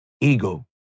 ego